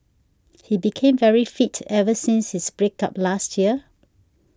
he became very fit ever since his break up last year